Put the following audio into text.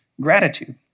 gratitude